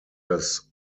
das